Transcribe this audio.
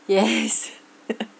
yes